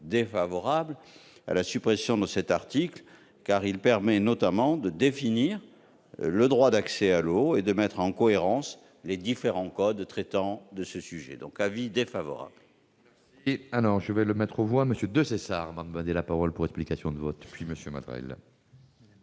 défavorable à la suppression de cet article, qui permet notamment de définir le droit d'accès à l'eau et de mettre en cohérence les différents codes traitant de ce sujet. La parole